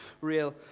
real